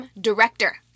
director